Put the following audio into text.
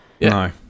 No